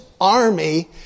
army